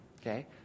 okay